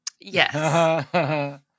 Yes